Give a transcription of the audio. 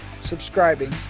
subscribing